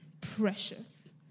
precious